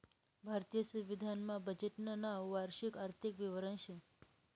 भारतीय संविधान मा बजेटनं नाव वार्षिक आर्थिक विवरण शे